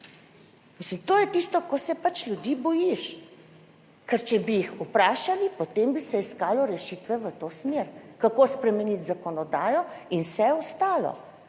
to je tisto, ko se pač ljudi bojiš, ker če bi jih vprašali, potem bi se iskalo rešitve v to smer, kako spremeniti zakonodajo in vse ostalo,